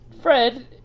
Fred